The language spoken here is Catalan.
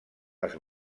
els